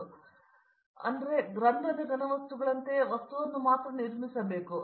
ಆದ್ದರಿಂದ ಆ ರಂಧ್ರದ ಘನವಸ್ತುಗಳಂತೆಯೇ ವಸ್ತುವನ್ನು ಮಾತ್ರ ನಿರ್ಮಿಸುತ್ತಿದೆ